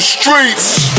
STREETS